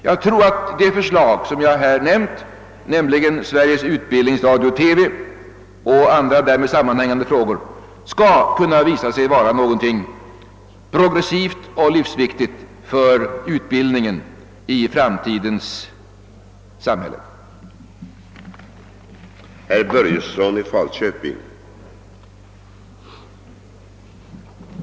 Jag tror att det förslag jag här redogjort för, nämligen Sveriges Utbildningsradio-TV och andra därmed sammanhängande frågor, skall visa sig vara någonting progressivt och livsviktigt för utbildningen i framtidens samhälle.